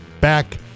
back